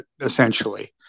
essentially